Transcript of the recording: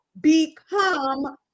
become